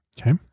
Okay